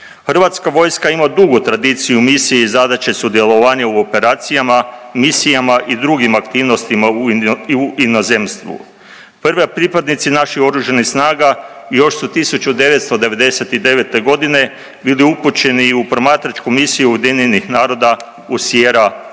Hrvatska vojska ima dugu tradiciju misije i zadaće sudjelovanja u operacijama, misijama i drugim aktivnostima u inozemstvu. Prvi pripadnici naših Oružanih snaga još su 1999. godine bili upućeni i u promatračku misiju UN-a u Sierra